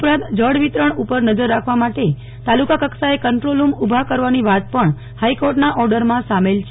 ઉપરાંત જળવિતરણ ઊપર નજર રાખવા માટે તાલુકા કક્ષાએ કંટ્રોલ રૂમ ઊભા કરવાની વાત પણ હાઇકોર્ટના ઓર્ડરમાં સામેલ છે